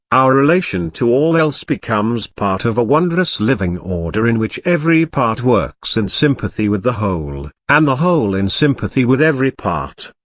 our relation to all else becomes part of a wondrous living order in which every part works in and sympathy with the whole, and the whole in sympathy with every part,